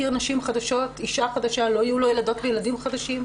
ויכיר נשים חדשות ותהיינה לו ילדות וילדים חדשים.